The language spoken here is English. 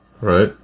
Right